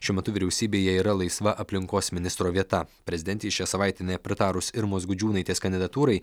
šiuo metu vyriausybėje yra laisva aplinkos ministro vieta prezidentei šią savaitę nepritarus irmos gudžiūnaitės kandidatūrai